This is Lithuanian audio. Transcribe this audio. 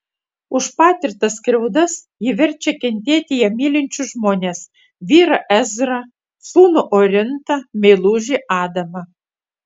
už patirtas skriaudas ji verčia kentėti ją mylinčius žmones vyrą ezrą sūnų orintą meilužį adamą